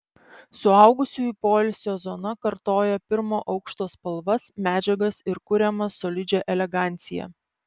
suaugusiųjų poilsio zona kartoja pirmo aukšto spalvas medžiagas ir kuriamą solidžią eleganciją